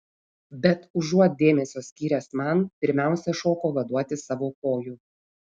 bet užuot dėmesio skyręs man pirmiausia šoko vaduoti savo kojų